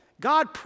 God